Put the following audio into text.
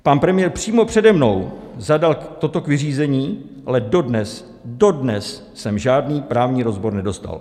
Pan premiér přímo přede mnou zadal toto k vyřízení, ale dodnes, dodnes!, jsem žádný právní rozbor nedostal.